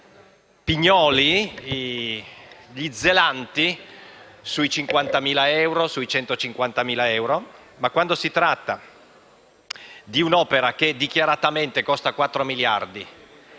pignoli, gli zelanti, sui 50.000 euro o sui 150.000 euro, ma quando si tratta di un'opera che dichiaratamente costa 4 miliardi